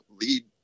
lead